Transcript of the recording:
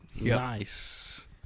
Nice